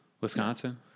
Wisconsin